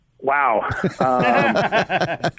Wow